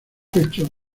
pecho